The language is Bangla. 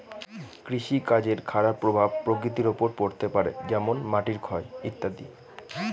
কৃষিকাজের খারাপ প্রভাব প্রকৃতির ওপর পড়তে পারে যেমন মাটির ক্ষয় ইত্যাদি